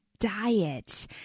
diet